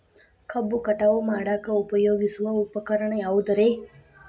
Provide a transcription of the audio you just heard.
ಕಬ್ಬು ಕಟಾವು ಮಾಡಾಕ ಉಪಯೋಗಿಸುವ ಉಪಕರಣ ಯಾವುದರೇ?